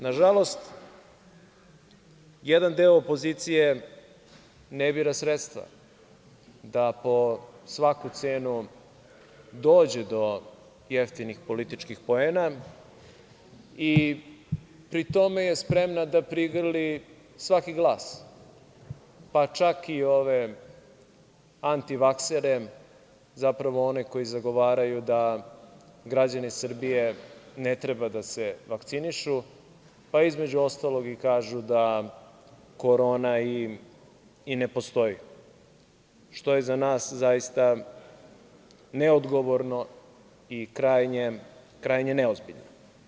Nažalost, jedan deo opozicije ne bira sredstva, da po svaku cenu dođe do jeftinih političkih poena i pri tome je spremna da prigrli svaki glas, pa čak i ove antivaksere, zapravo ove koji zagovaraju da građani Srbije ne treba da se vakcinišu, pa između ostalog kažu da korona i ne postoji, što je za nas zaista neodgovorno i krajnje neozbiljno.